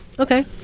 Okay